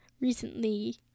Recently